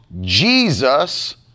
Jesus